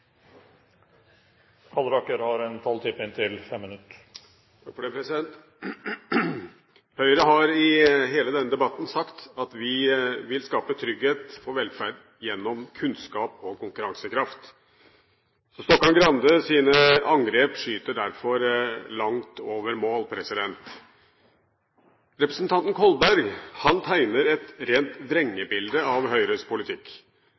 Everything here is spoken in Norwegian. debatten sagt at vi vil skape trygghet og velferd gjennom kunnskap og konkurransekraft. Stokkan-Grandes angrep skyter derfor langt over mål. Representanten Kolberg tegner et rent vrengebilde av Høyres politikk.